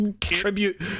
tribute